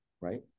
right